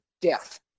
death